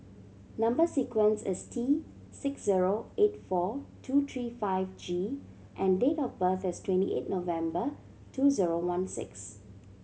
number sequence is T six zero eight four two three five G and date of birth is twenty eight November two zero one six